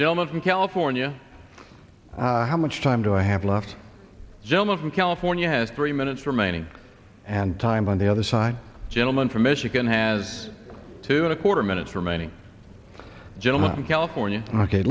gentleman from california how much time do i have left gentleman from california is three minutes remaining and time on the other side gentleman from michigan has two and a quarter minutes remaining gentlemen in california ok